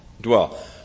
dwell